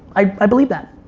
i i believe that.